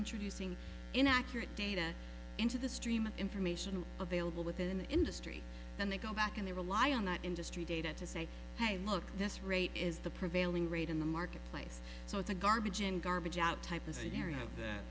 introducing inaccurate data into the stream of information available within the industry and they go back and they rely on that industry data to say hey look this rate is the prevailing rate in the marketplace so it's a garbage in garbage out type of